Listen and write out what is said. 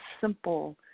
simple